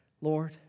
Lord